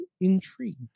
intrigued